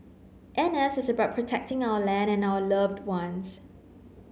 N S is about protecting our land and our loved ones